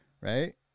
Right